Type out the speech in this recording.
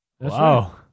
Wow